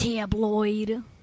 Tabloid